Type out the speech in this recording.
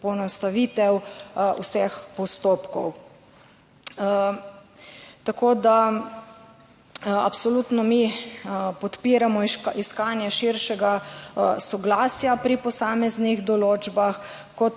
poenostavitev vseh postopkov. Absolutno mi podpiramo iskanje širšega soglasja pri posameznih določbah in